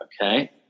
Okay